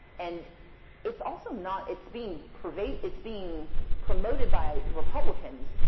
and it's also not it's being pervade it's being promoted by republicans.